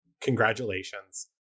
congratulations